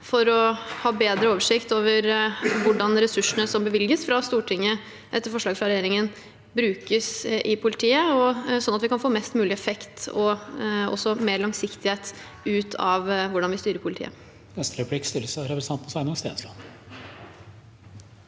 for å ha bedre oversikt over hvordan ressursene som bevilges fra Stortinget, etter forslag fra regjeringen, brukes i politiet, sånn at vi kan få mest mulig effekt og mer langsiktighet ut av hvordan vi styrer politiet.